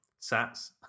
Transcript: Sats